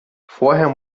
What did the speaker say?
vorher